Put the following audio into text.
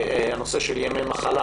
הנושא של ימי מחלה